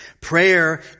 Prayer